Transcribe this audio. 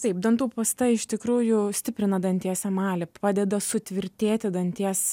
taip dantų pasta iš tikrųjų stiprina danties emalį padeda sutvirtėti danties